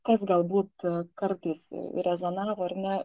kas galbūt kartais rezonavo ar ne